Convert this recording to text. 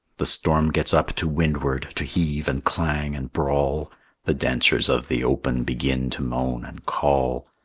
the storm gets up to windward to heave and clang and brawl the dancers of the open begin to moan and call.